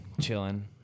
chilling